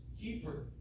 keeper